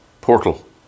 portal